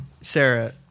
Sarah